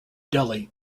delhi